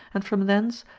and from thence,